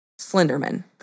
Slenderman